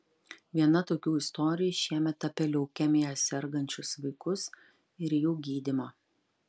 viena tokių istorijų šiemet apie leukemija sergančius vaikus ir jų gydymą